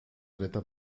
dreta